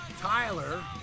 Tyler